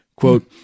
Quote